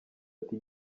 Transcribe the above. ati